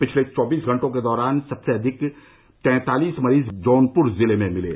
पिछले चौबीस घंटों के दौरान सबसे अधिक तैंतालीस मरीज जौनप्र जिले में मिले